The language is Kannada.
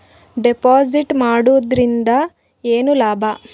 ಡೆಪಾಜಿಟ್ ಮಾಡುದರಿಂದ ಏನು ಲಾಭ?